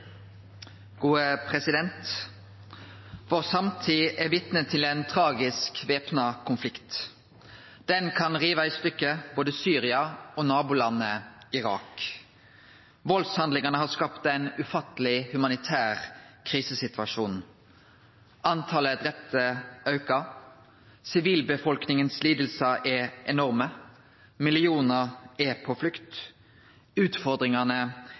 samtid er vitne til ein tragisk, væpna konflikt. Den kan rive sund både Syria og nabolandet Irak. Valdshandlingane har skapt ein ufatteleg humanitær krisesituasjon. Talet på drepne aukar. Sivilbefolkninga sine lidingar er enorme. Millionar av menneske er på flukt.